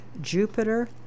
Jupiter